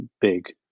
big